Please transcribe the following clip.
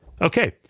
Okay